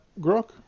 Grok